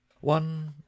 One